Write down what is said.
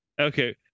Okay